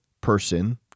person